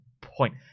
point